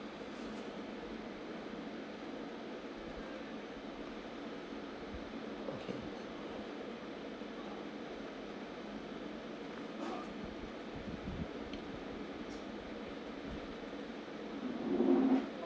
okay